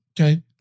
Okay